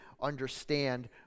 understand